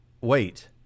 Wait